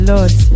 Lord